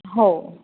हो